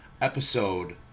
episode